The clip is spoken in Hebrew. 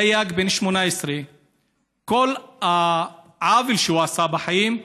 דייג בן 18. כל העוול שהוא עשה בחיים,